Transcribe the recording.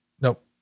Nope